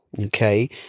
Okay